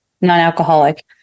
non-alcoholic